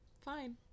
fine